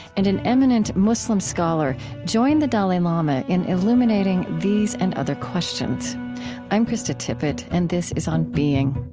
and an eminent muslim scholar join the dalai lama in illuminating these and other questions i'm krista tippett, and this is on being